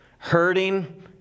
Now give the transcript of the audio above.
hurting